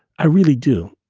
i really do.